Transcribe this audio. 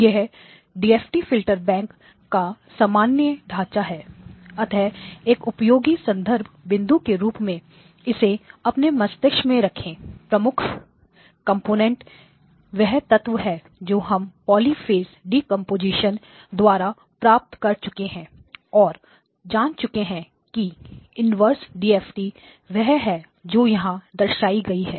यह DFT filter bank का सम्मानीय ढाँचा है अतः एक उपयोगी संदर्भ बिंदु के रूप में इसे अपने मस्तिष्क में रखें प्रमुख कंपोनेंट वह तत्व है जो हम पॉलिफेज डीकम्पोजीशन द्वारा प्राप्त कर चुके हैं और जान चुके हैं कि इनवर्स डीएफटी वह है जो यहां दर्शाई गई है